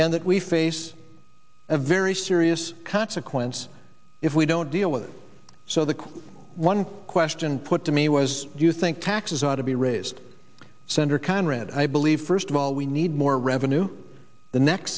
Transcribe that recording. and that we face a very serious consequence if we don't deal with it so the one question put to me was do you think taxes ought to be raised senator conrad i believe first of all we need more revenue the next